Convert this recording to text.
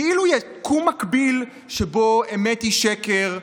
כאילו יקום מקביל שבו אמת היא שקר,